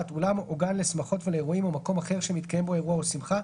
אולם או גן לשמחות ולאירועים או מקום אחר שמתקיים בו אירוע או שמחה,